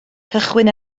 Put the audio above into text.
cychwyn